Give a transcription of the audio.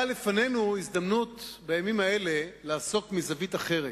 אבל בימים אלה לפנינו הזדמנות לעסוק בזה מזווית אחרת.